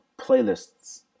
playlists